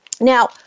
Now